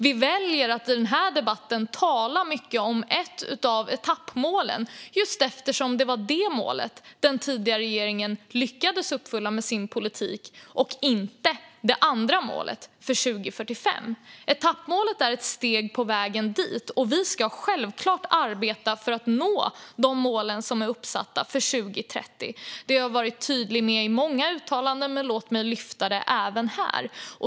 Vi väljer att i den här debatten tala mycket om ett av etappmålen just eftersom det var detta mål - och inte det andra målet, för 2045 - som den tidigare regeringen lyckades uppfylla med sin politik. Etappmålet är ett steg på vägen dit, och vi ska självklart arbeta för att nå de mål som är uppsatta för 2030. Det har jag varit tydlig med i många uttalanden, men låt mig ta upp det även här.